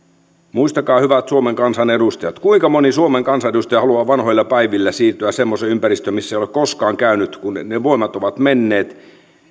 muistakaa hyvät suomen kansan edustajat kuinka moni suomen kansanedustaja haluaa vanhoilla päivillään siirtyä semmoiseen ympäristöön missä ei ole koskaan käynyt kun ne voimat ovat menneet